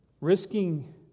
risking